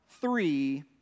three